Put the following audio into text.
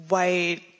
white